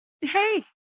hey